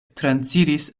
transiris